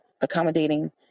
accommodating